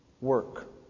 Work